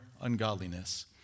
ungodliness